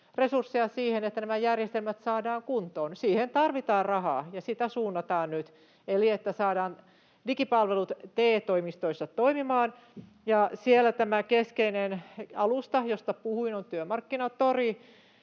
resursseja siihen, että nämä järjestelmät saadaan kuntoon. Siihen tarvitaan rahaa ja sitä suunnataan nyt, että saadaan digipalvelut TE-toimistoissa toimimaan, ja siellä tämä keskeinen alusta, josta puhuin, on Työmarkkinatori.